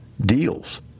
deals